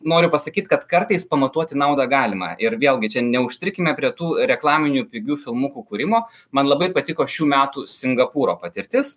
noriu pasakyt kad kartais pamatuoti naudą galima ir vėlgi čia neužstrikime prie tų reklaminių pigių filmukų kūrimo man labai patiko šių metų singapūro patirtis